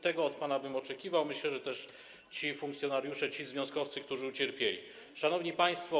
Tego od pana bym oczekiwał, myślę, że ci funkcjonariusze, ci związkowcy, którzy ucierpieli, też. Szanowni Państwo!